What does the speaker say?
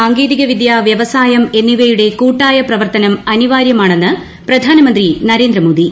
സാങ്കേതികവിദ്യ വൃവസായ്ക്ക് എന്നിവയുടെ കൂട്ടായ പ്രവർത്തനം അനിവാര്യമാക്കുണ്ന്ന് പ്രധാനമന്ത്രി നരേന്ദ്രമോദി